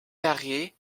d’arrêt